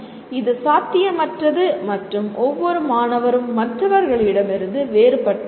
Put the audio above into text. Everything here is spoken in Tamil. இது சாத்தியமற்றது மற்றும் ஒவ்வொரு மாணவரும் மற்றவர்களிடமிருந்து வேறுபட்டவர்கள்